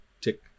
tick